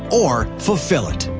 or fulfill it?